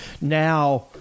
now